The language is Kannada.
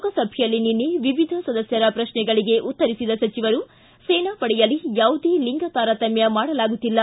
ಲೋಕಸಭೆಯಲ್ಲಿ ನಿನ್ನೆ ವಿವಿಧ ಸದಸ್ಕರ ಪ್ರಶ್ನೆಗಳಿಗೆ ಉತ್ತರಿಸಿದ ಸಚಿವರು ಸೇನಾ ಪಡೆಯಲ್ಲಿ ಯಾವುದೇ ಲಿಂಗ ತಾರತ್ಯಮ ಮಾಡಲಾಗುತ್ತಿಲ್ಲ